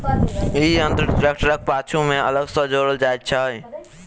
ई यंत्र ट्रेक्टरक पाछू मे अलग सॅ जोड़ल जाइत छै